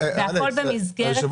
והכול במסגרת מה שקבוע בחוק.